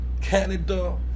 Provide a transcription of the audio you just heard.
Canada